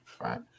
right